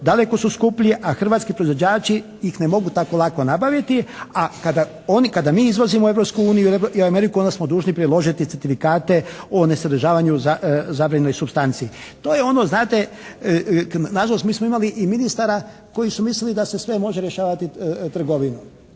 daleko su skuplji, a hrvatski proizvođači ih ne mogu tako lako nabaviti. A kada oni, kada mi izvozimo u Europsku uniju i Ameriku onda smo dužni priložiti certifikate o nesadržavanju zabranjene supstanci. To je ono znate, nažalost mi smo imali i ministara koji su mislili da se sve može rješavati trgovinom,